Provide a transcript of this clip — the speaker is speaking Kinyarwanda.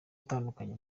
atandukanye